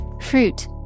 Fruit